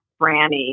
franny